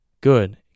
good